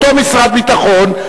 אותו משרד ביטחון,